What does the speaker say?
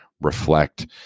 reflect